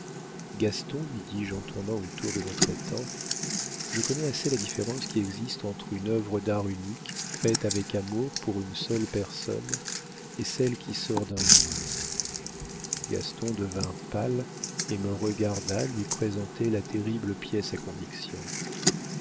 gaston lui dis-je en tournant autour de notre étang je connais assez la différence qui existe entre une œuvre d'art unique faite avec amour pour une seule personne et celle qui sort d'un moule gaston devint pâle et me regarda lui présenter la terrible pièce à conviction